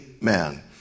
man